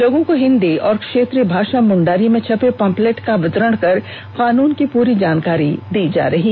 लोगों को हिन्दी और क्षेत्रीय भाषा मुण्डारी में छपे पम्पलेट का वितरण कर कानून की प्री जानकारी दी जा रही है